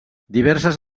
diverses